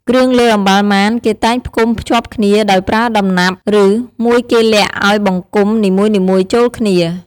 គ្រឿងលើអម្បាលម៉ាន គេតែងផ្គុំភ្ជាប់គ្នាដោយប្រើដំណាប់ ឬមួយគេលាក់ឱ្យបង្គំនីមួយៗចូលគ្នា។